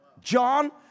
John